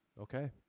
Okay